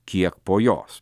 kiek po jos